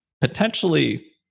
potentially